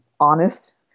honest